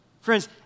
Friends